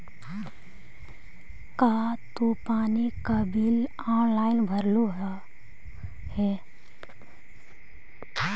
का तू पानी का बिल ऑनलाइन भरलू हे